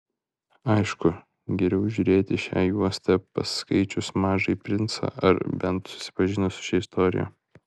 aišku geriau žiūrėti šią juostą paskaičius mažąjį princą ar bent susipažinus su šia istorija